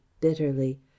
bitterly